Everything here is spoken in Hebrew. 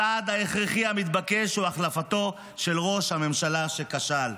הצעד ההכרחי המתבקש הוא החלפתו של ראש הממשלה שכשל".